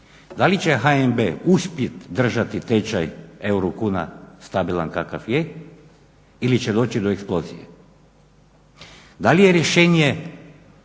Da li će HNB uspjet držati tečaj euro-kuna stabilan kakav je ili će doći do eksplozije? Da li je rješenje